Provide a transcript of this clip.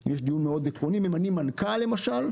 - אם יש דיון מאוד עקרוני כמו מינוי מנכ"ל למשל,